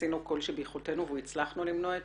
עשינו כל שביכולתנו והצלחנו למנוע את